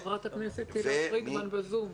חברת הכנסת תהלה פרידמן בזום.